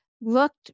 looked